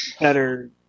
better